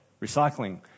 recycling